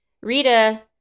Rita